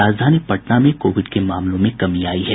राजधानी पटना में कोविड के मामलों में कमी आई है